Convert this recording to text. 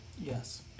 Yes